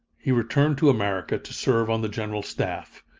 he returned to america to serve on the general staff,